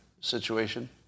situation